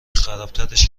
خرابترش